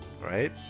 right